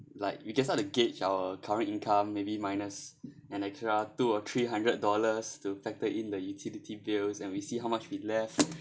like you can start to gauge our current income maybe minus an extra two or three hundred dollars to factor in the utility bills and we see how much we left